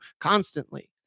constantly